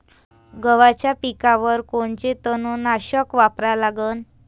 गव्हाच्या पिकावर कोनचं तननाशक वापरा लागन?